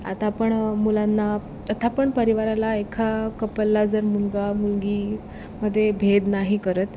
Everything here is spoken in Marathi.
आता आपण मुलांना आता पण परिवाराला एका कपलला जर मुलगा मुलगी मध्ये भेद नाही करत